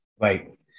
Right